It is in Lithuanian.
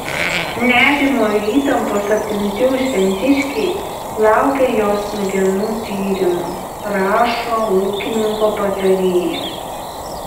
nerimo ir įtampos apimti užventiškiai laukia jos smegenų tyrimo rašo ūkininko patarėjas